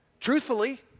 Truthfully